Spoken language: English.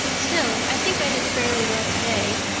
still, i think i did fairly well today.